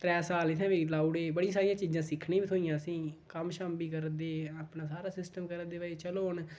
त्रै साल इत्थै बी लाई ओड़े बड़ी सारियां चीजां सिक्खने गी बी थ्होइयां असेंगी कम्म शम्म बी करै दे अपना सारा सिस्टम करै दे भाई चलो हून